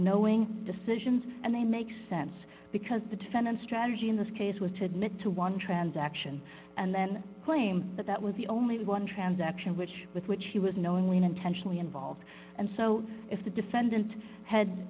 knowing decisions and they make sense because the defendant strategy in this case was to admit to one transaction and then claim that that was the only one transaction which with which he was knowingly and intentionally involved and so if the defendant had